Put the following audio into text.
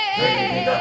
hey